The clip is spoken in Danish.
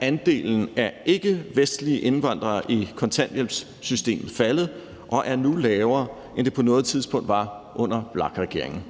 Andelen af ikkevestlige indvandrere i kontanthjælpssystemet er faldet og er nu lavere, end den på noget tidspunkt var under VLAK-regeringen.